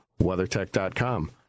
WeatherTech.com